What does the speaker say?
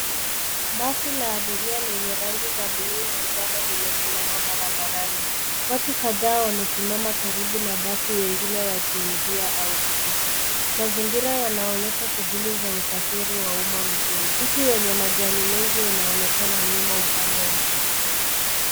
Basi la abiria lenye rangi za buluu na njano limesimama barabarani. Watu kadhaa wamesimama karibu na basi, wengine wakiingia au kutoka. Mazingira yanaonyesha shughuli za usafiri wa umma mjini. Mti wenye majani mengi unaonekana nyuma, upande wa kulia.